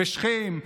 בשכם,